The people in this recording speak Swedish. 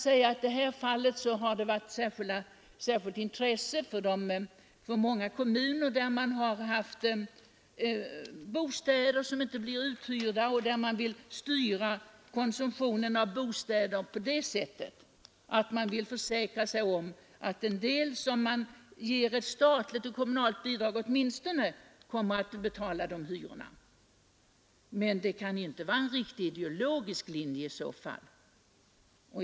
I själva verket har många kommuner, som har outhyrda bostäder och därför velat styra konsumtionen av bostäder, haft ett intresse av att försäkra sig om att åtminstone de familjer som erhåller statligt eller kommunalt bidrag skall bo i av kommunen förvaltade hus. Det kan inte vara en ideologisk linje.